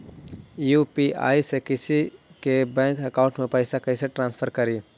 UPI से किसी के बैंक अकाउंट में पैसा कैसे ट्रांसफर करी?